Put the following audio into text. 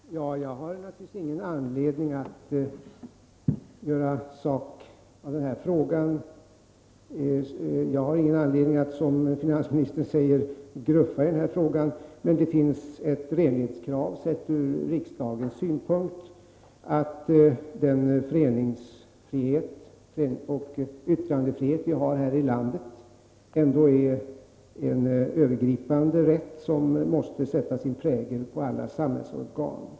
Herr talman! Jag har naturligtvis ingen anledning att göra sak av den här frågan. — att, som finansministern säger, gruffa. Men det finns ett renhetskrav, sett ur riksdagens synvinkel, som innebär att den föreningsoch yttrandefrihet som vi har här i-landet är en övergripande rätt som måste sätta sin prägel på alla samhällsorgan.